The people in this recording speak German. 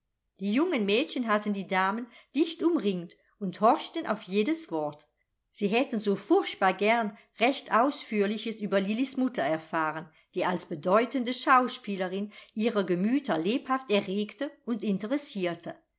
die jungen mädchen hatten die damen dicht umringt und horchten auf jedes wort sie hätten so furchtbar gern recht ausführliches über lillis mutter erfahren die als bedeutende schauspielerin ihre gemüter lebhaft erregte und interessierte